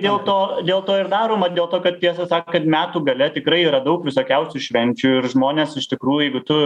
dėl to dėl to ir daroma dėl to kad tiesą sakant metų gale tikrai yra daug visokiausių švenčių ir žmonės iš tikrųjų jeigu tu